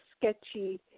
sketchy